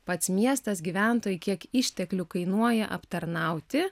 pats miestas gyventojai kiek išteklių kainuoja aptarnauti